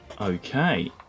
okay